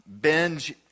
binge